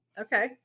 Okay